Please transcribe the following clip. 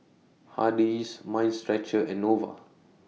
Hardy's Mind Stretcher and Nova